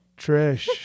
Trish